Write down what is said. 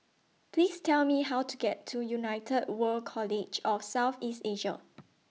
Please Tell Me How to get to United World College of South East Asia